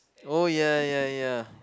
oh ya ya ya